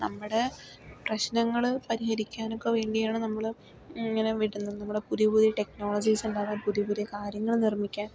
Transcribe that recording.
നമ്മുടെ പ്രശനങ്ങള് പരിഹരിക്കാനൊക്കെ വേണ്ടീയാണ് നമ്മള് ഇങ്ങനെ വിടുന്നത് നമ്മടെ പുതിയ പുതിയ ടെക്നോളജീസ് ഉണ്ടാകും പുതിയ പുതിയ കാര്യങ്ങൾ നിർമ്മിക്കാൻ